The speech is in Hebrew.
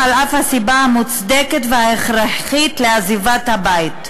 על אף הסיבה המוצדקת וההכרחית לעזיבת הבית.